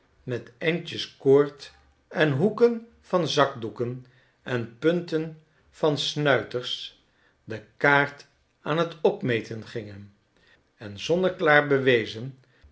met endjes koord en hoeken van zakdoeken en punten van snuiters de kaart aan t opmeten gingen en zonneklaar bewezen